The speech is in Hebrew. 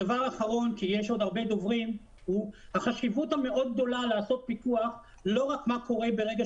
דבר אחרון הוא החשיבות לעשות פיקוח ולא רק אחר ממה שקורה ברגע